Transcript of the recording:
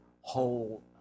whole